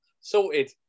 Sorted